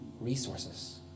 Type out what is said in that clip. resources